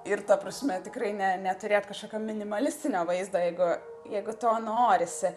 ir ta prasme tikrai ne neturėt kažkokio minimalistinio vaizdo jeigu jeigu to norisi